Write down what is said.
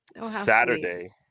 Saturday